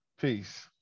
peace